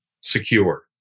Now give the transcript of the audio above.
secure